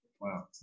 Wow